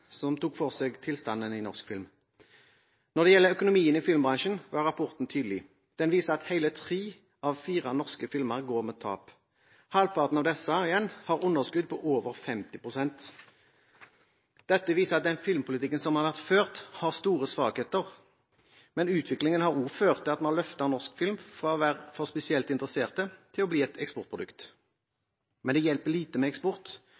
som tok for seg tilstanden i norsk film. Når det gjelder økonomien i filmbransjen, var rapporten tydelig. Den viser at hele tre av fire norske filmer går med tap. Halvparten av disse igjen har underskudd på over 50 pst. Dette viser at den filmpolitikken som har vært ført, har store svakheter. Men utviklingen har også ført til at man har løftet norsk film fra å være for spesielt interesserte til å bli et eksportprodukt, men det hjelper lite med eksport